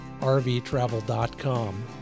rvtravel.com